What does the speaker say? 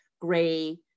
gray